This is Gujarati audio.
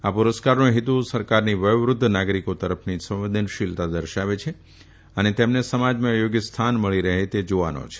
આ પુરસ્કારનો હેતુ સરકારની વયોવૃધ્ધ નાગરીકો તરફની સંવેદનશીલતા દર્શાવે છે અને તેઓને સમાજમાં થોગ્ય સ્થાન મળી રહે તે જોવાનો છે